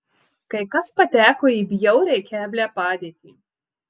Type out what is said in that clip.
kai kas pateko į bjauriai keblią padėtį